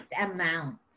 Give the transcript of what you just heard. amount